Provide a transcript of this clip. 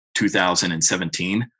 2017